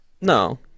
No